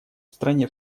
стране